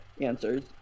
answers